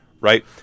right